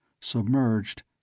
Submerged